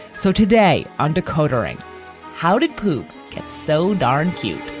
so today, undercoating. how did poop get so darn cute?